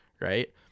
Right